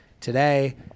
today